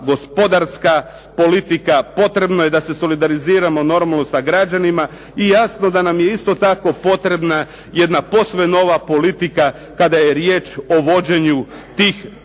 gospodarska politika. Potrebno je da se solidariziramo sa građanima i jasno da nam je isto tako potrebna jedna posve nova politika kada je riječ o vođenju tih